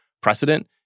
precedent